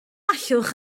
allwch